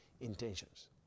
intentions